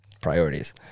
Priorities